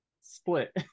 split